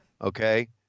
okay